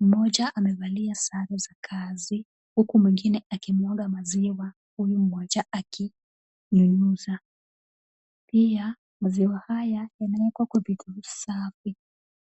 mmoja amevalia sare za kazi huku mwingine akimwaga maziwa, mtu mmoja akinyunyuza. Pia maziwa haya yanawekwa kwa vibuyu safi.